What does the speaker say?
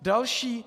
Další